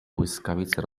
błyskawice